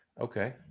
Okay